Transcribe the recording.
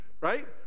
Right